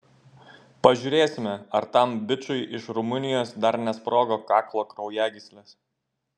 pažiūrėsime ar tam bičui iš rumunijos dar nesprogo kaklo kraujagyslės